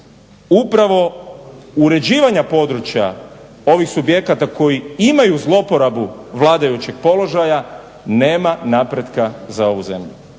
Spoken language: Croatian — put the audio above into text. upravo uređivanja područja ovih subjekata koji imaju zlouporabu vladajućeg položaja nema napretka za ovu zemlju.